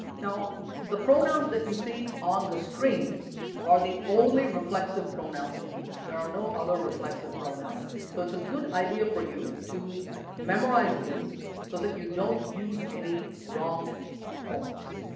now the pronouns that you see on the screen are the only reflexive pronouns in english, there are no other reflexive pronouns so it's a good idea for you to memorize these so that you don't use any wrong forms.